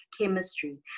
chemistry